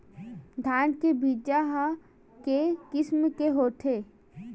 धान के बीजा ह के किसम के होथे?